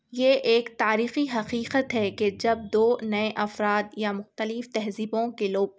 یہ ایک تاریخی حقیقت ہے کہ جب دو نئے افراد یا مختلف تہذیبوں کے لوگ